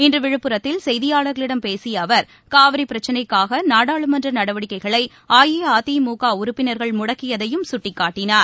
இன்றுவிழுப்புரத்தில் செய்தியாளர்களிடம் பேசியஅவர் காவிர்பிரச்சினைக்காகநாடாளுமன்றநடவடிக்கைகளைஅஇஅதிமுகஉறுப்பினர்கள் முடக்கியதையும் சுட்டிக்காட்டினார்